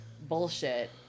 bullshit